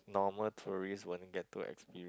normal tourist won't get to experi~